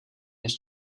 než